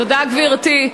תודה, גברתי.